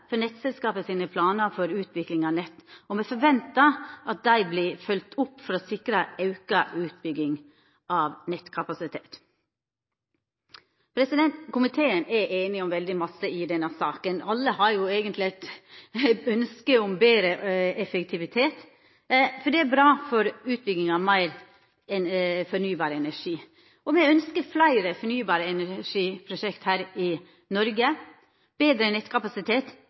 for nettselskapas planar for utvikling av nett. Me forventar at dei blir følgde opp for å sikra auka utbygging av nettkapasitet. Komiteen er einige om veldig mykje i denne saka. Alle har eit ynske om betre effektivitet. Det er bra for utbygginga av meir fornybar energi. Me ynskjer fleire fornybarprosjekt her i Noreg. Betre nettkapasitet